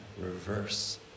reverse